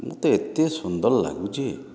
ମୋତେ ଏତେ ସୁନ୍ଦର୍ ଲାଗୁଛି